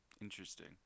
Interesting